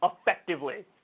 effectively